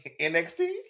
NXT